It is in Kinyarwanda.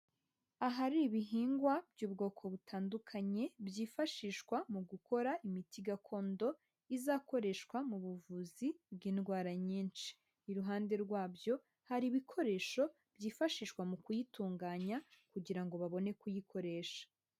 Ahari ibihingwa by'ubwoko butandukanye byifashishwa mu gukora imiti gakondo izakoreshwa mu buvuzi bw'indwara nyinshi. Iruhande rwabyo hari ibikoresho byifashishwa mu kuyitunganya kugira ngo babone kuyikoresha.